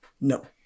no